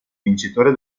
vincitore